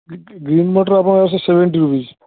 green ମଟର ଆପଣଙ୍କର ସେଇ ସେଭେଣ୍ଟି ରୁପିଜ୍